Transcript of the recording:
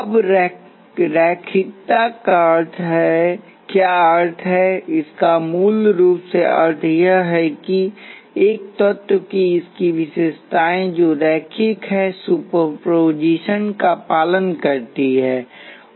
अब रैखिकता का क्या अर्थ है इसका मूल रूप से अर्थ यह है कि एक तत्व की इसकी विशेषताएं जो रैखिक है सुपरपोजिशन का पालन करती है